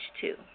two